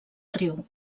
riu